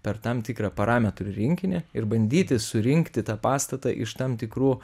per tam tikrą parametrų rinkinį ir bandyti surinkti tą pastatą iš tam tikrų